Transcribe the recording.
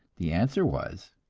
the answer was,